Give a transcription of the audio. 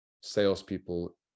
salespeople